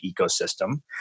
ecosystem